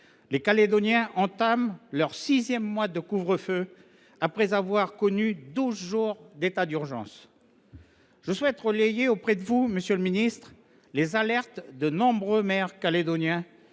Les Calédoniens entament leur sixième mois de couvre feu, après avoir connu douze jours d’état d’urgence. Je souhaite relayer auprès de vous, monsieur le ministre, les alertes de nombreux maires calédoniens